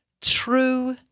True